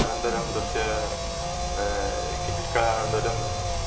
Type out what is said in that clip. अनन्तरं तस्य किञ्चित् कालानन्तरं